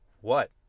What